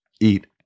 eat